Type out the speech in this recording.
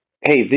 hey